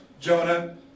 Jonah